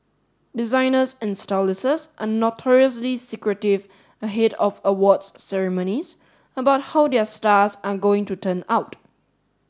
designers and are notoriously secretive ahead of awards ceremonies about how their stars are going to turn out